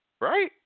Right